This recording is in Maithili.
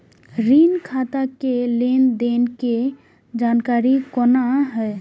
ऋण खाता के लेन देन के जानकारी कोना हैं?